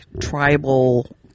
tribal